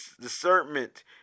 discernment